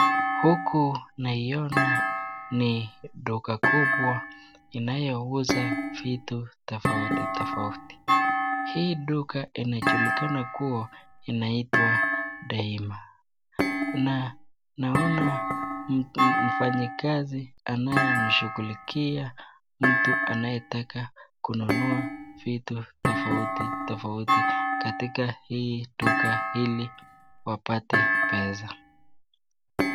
Huku naona ni duka kubwa inayouza vitu tofauti tofauti. Hii duka inajulikana kuwa inaitwa Daima. Na naona mfanyikazi anayemshughulikia mtu anayetaka kununua vitu tofauti tofauti katika hii duka ili wapate pesa.